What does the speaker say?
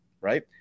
right